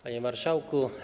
Panie Marszałku!